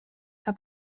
que